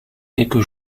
quelques